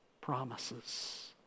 promises